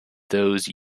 those